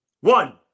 one